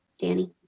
Danny